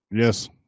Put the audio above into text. Yes